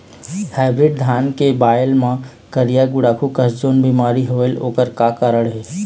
Hybrid धान के बायेल मां करिया गुड़ाखू कस जोन बीमारी होएल ओकर का कारण हे?